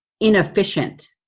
inefficient